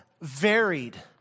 varied